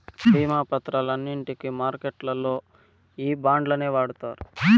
భీమా పత్రాలన్నింటికి మార్కెట్లల్లో ఈ బాండ్లనే వాడుతారు